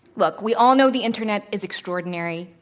look, we all know the internet is extraordinary.